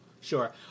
Sure